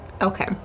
Okay